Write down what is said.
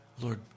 Lord